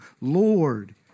Lord